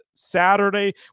Saturday